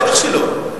בטח שלא.